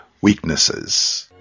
weaknesses